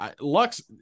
Lux